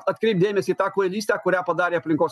atkreipti dėmesį į tą kvailystę kurią padarė aplinkos